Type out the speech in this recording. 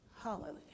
Hallelujah